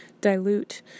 dilute